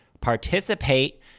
participate